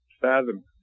fathom